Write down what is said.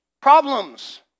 Problems